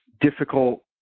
difficult